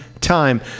Time